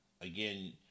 again